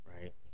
Right